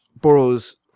borrows